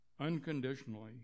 unconditionally